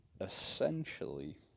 essentially